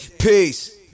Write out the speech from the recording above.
peace